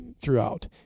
throughout